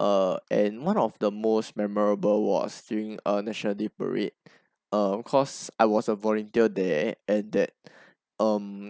err and one of the most memorable was during a national day parade uh cause I was a volunteer there and that um